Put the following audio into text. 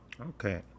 Okay